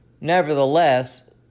Nevertheless